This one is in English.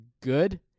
good